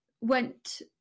went